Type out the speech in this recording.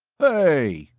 hey,